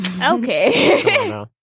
okay